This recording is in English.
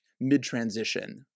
mid-transition